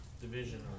division